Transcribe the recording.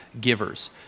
givers